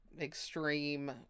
extreme